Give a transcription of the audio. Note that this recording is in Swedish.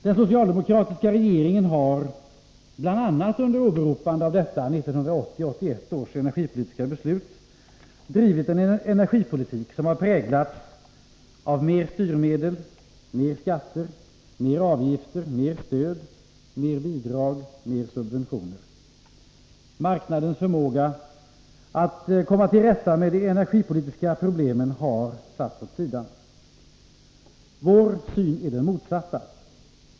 Den socialdemokratiska regeringen har, bl.a. under åberopande av detta 1981 års energipolitiska beslut, drivit en energipolitik som har präglats av mer styrmedel, mer skatter, mer avgifter, mer stöd, mer bidrag och mer subventioner. Marknadens förmåga att komma till rätta med de energipolitiska problemen har satts åt sidan. Vår syn är den motsatta.